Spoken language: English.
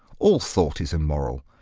all thought is immoral.